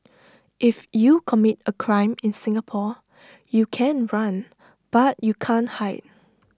if you commit A crime in Singapore you can run but you can't hide